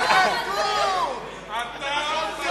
אתה חתום.